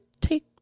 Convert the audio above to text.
take